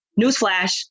Newsflash